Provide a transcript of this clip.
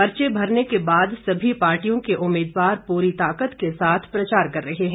पर्चे भरने के बाद सभी पार्टियों के उम्मीदवार पूरी ताकत के साथ प्रचार कर रहे हैं